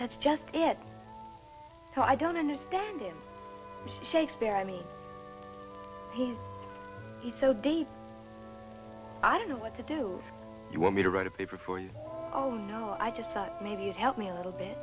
that's just it so i don't understand it shakespeare i mean he's so deep i don't know what to do you want me to write a paper for you oh no i just thought maybe you'd help me a little bit